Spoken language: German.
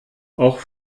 auch